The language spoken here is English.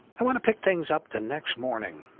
i want to pick things up the next morning,